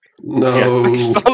No